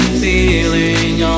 feeling